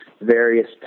various